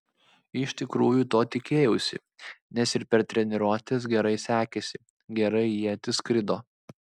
iš tikrųjų to tikėjausi nes ir per treniruotes gerai sekėsi gerai ietis skrido